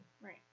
right